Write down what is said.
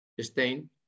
stain